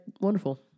wonderful